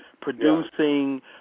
producing